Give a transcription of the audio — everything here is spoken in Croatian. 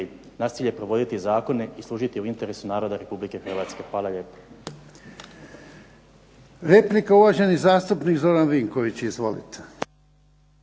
Naš cilj je provoditi zakone i služiti u interesu naroda Republike Hrvatske. Hvala lijepo. **Jarnjak, Ivan (HDZ)** Replika, uvaženi zastupnik Zoran Vinković. Izvolite.